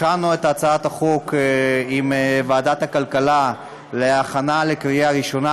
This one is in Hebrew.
הכנו את הצעת החוק עם ועדת הכלכלה לקריאה ראשונה,